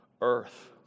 earth